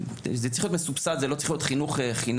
זה צריך להיות מסובסד זה לא צריך להיות חינוך חינם.